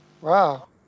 Wow